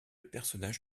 personnage